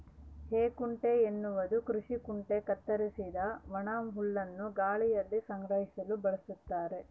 ಹೇಕುಂಟೆ ಎನ್ನುವುದು ಕೃಷಿ ಕುಂಟೆ ಕತ್ತರಿಸಿದ ಒಣಹುಲ್ಲನ್ನು ಗಾಳಿಯಲ್ಲಿ ಸಂಗ್ರಹಿಸಲು ಬಳಸ್ತಾರ